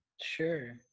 Sure